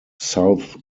south